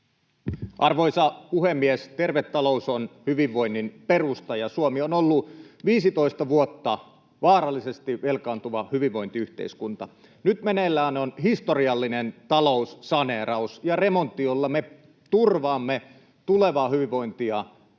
Arvoisa puhemies! Terve talous on hyvinvoinnin perusta, ja Suomi on ollut 15 vuotta vaarallisesti velkaantuva hyvinvointiyhteiskunta. Nyt meneillään on historiallinen taloussaneeraus ja remontti, jolla me turvaamme tulevaa hyvinvointia